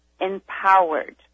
empowered